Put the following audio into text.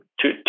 two